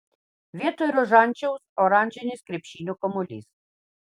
vietoj rožančiaus oranžinis krepšinio kamuolys